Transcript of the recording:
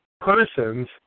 Persons